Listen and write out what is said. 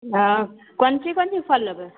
हँ कोन चीज कोन चीज फल लेबै